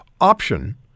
option